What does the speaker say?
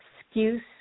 excuse